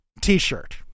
t-shirt